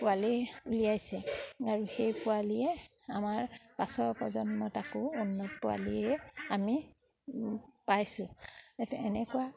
পোৱালি উলিয়াইছে আৰু সেই পোৱালীয়ে আমাৰ পাছৰ প্ৰজন্মত আকৌ উন্নত পোৱালিয়ে আমি পাইছোঁ এনেকুৱা